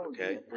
Okay